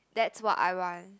that's what I want